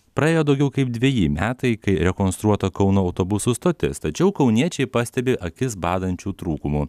praėjo daugiau kaip dveji metai kai rekonstruota kauno autobusų stotis tačiau kauniečiai pastebi akis badančių trūkumų